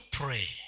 pray